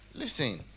Listen